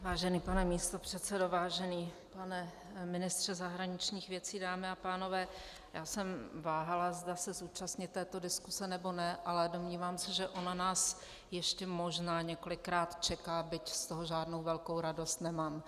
Vážený pane místopředsedo, vážený pane ministře zahraničních věcí, dámy a pánové, váhala jsem, zda se zúčastnit této diskuse, nebo ne, ale domnívám se, že ona nás ještě možná několikrát čeká, byť z toho žádnou velkou radost nemám.